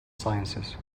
sciences